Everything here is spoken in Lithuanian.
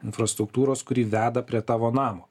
infrastruktūros kuri veda prie tavo namo